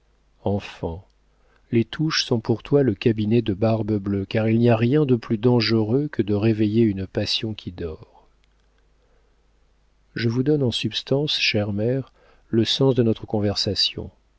enfant les touches sont pour toi le cabinet de barbe-bleue car il n'y a rien de plus dangereux que de réveiller une passion qui dort je vous donne en substance chère mère le sens de notre conversation